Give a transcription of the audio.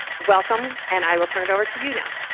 welcome. and i will turn it over to you now.